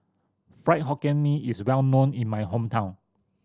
Fried Hokkien Mee is well known in my hometown